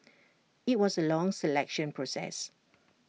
IT was A long selection process